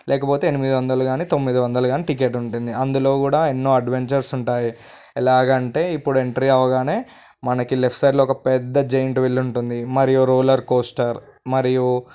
లేకపోతే ఎనిమిది వందలు కాని తొమ్మిది వందలు కానీ టికెట్ ఉంటుంది అందులో కూడా ఎన్నో అడ్వెంచర్స్ ఉంటాయి ఎలాగంటే ఇప్పుడు ఎంట్రీ అవగానే మనకి లెఫ్ట్ సైడ్లో ఒక పెద్ద జయింట్ విల్ ఉంటుంది మరియు రోలర్ కోస్టర్ మరియు